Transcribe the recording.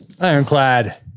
Ironclad